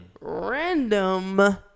random